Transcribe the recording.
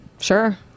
sure